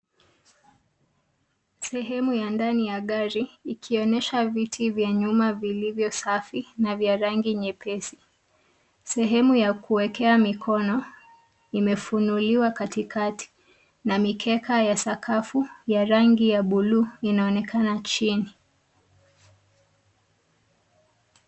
Sehemu ya ndani ya gari ikionyesha viti vya nyuma vilivyo safi na vya rangi nyepesi. Sehemu ya kuekea mikono imefunuliwa katikati na mikeka ya sakafu ya rangi ya buluu inaonekana chini.